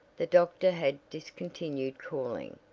the doctor had discontinued calling,